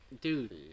Dude